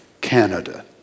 Canada